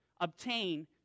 obtain